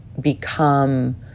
become